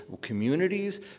communities